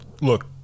Look